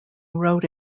wrote